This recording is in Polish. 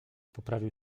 poprawił